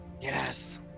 Yes